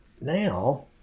now